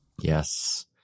yes